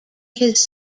his